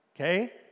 Okay